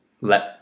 let